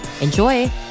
Enjoy